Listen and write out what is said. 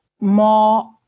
more